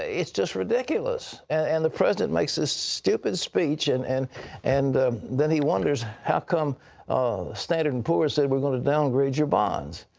it's just ridiculous. and the president makes this stupid speech and and and then he wonders how come standard and poor's said, we're going to downgrade your bonds.